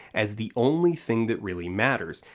as the only thing that really matters,